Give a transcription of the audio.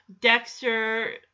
Dexter